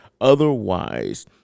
otherwise